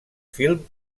film